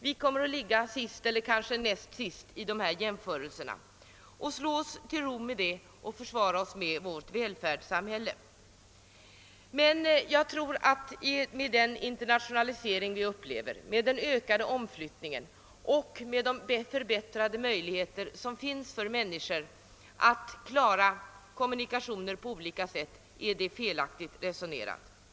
vi kommer att ligga sist eller näst sist i jämförelserna. Kanske slår vi oss till ro med det och försvarar oss med vårt välfärdssamhälle. Med den internationalisering vi upplever, med den ökade omflyttningen och med de förbättrade möjligheterna för människorna genom kommunikationernas utveckling är det felaktigt att resonera på detta sätt.